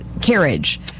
carriage